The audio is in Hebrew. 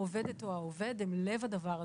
העובדת או העובד הם לב הדבר הזה,